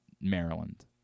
Maryland